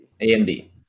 AMD